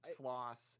floss